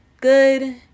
Good